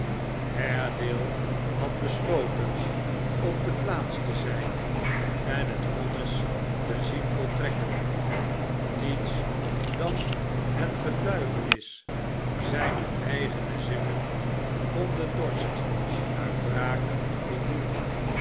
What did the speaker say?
haredale had besloten op de plaats te zijn en het vonnis te zien voltrekken niets dan het getuigenis zijner eigene zinnen kon den xlorst naar wraak voldoen